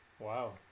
Wow